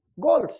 goals